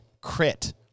crit